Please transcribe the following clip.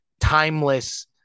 timeless